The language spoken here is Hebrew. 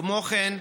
כמו כן,